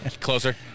Closer